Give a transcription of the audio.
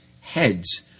heads